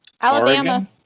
Alabama